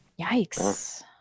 yikes